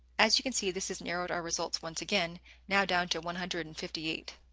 as you can see, this has narrowed our results once again now down to one hundred and fifty eight.